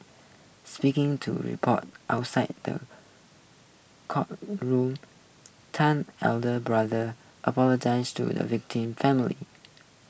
speaking to report outside the courtroom ten elder brother apologised to the victim family